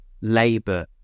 labour